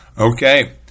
Okay